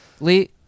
Lee